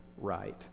right